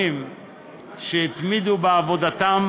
שהתמידו בעבודתם